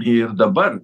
ir dabar